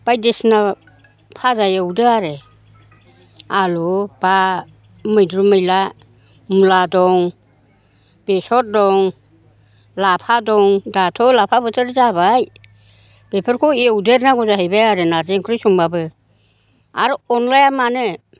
बायदिसिना फाजा एवदो आरो आलु बा मैद्रु मैला मुला दं बेसर दं लाफा दं दाथ' लाफा बोथोर जाबाय बेफोरखौ एवदेरनांगौ जाहैबाय आरो नारजि ओंख्रि संबाबो आरो अनलाया मानो